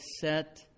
set